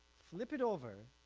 flip it over,